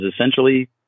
essentially